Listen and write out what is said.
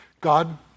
God